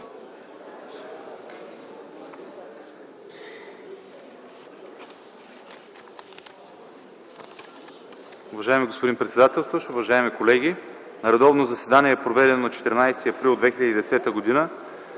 Уважаеми господин председател, уважаеми колеги! „На редовно заседание, проведено на 14 април 2010 г.,